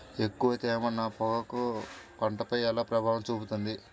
ఎక్కువ తేమ నా పొగాకు పంటపై ఎలా ప్రభావం చూపుతుంది?